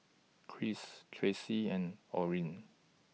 Kris Tracee and Orin